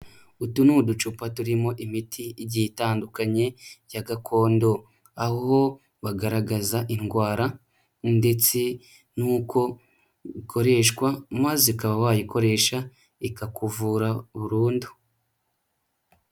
Utu ni mu uducupa turimo imiti igiye itandukanye ya gakondo, aho bagaragaza indwara ndetse n'uko ikoreshwa maze ukaba wayikoresha, ikakuvura burundu.